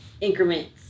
increments